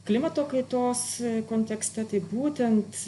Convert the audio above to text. klimato kaitos kontekste tai būtent